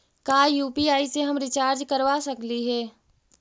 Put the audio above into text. का यु.पी.आई से हम रिचार्ज करवा सकली हे?